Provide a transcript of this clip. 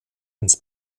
ins